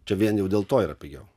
čia vien jau dėl to yra pigiau